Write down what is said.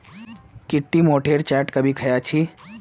की टी मोठेर चाट कभी ख़या छि